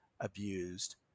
abused